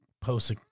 posts